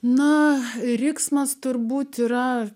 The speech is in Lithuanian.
na riksmas turbūt yra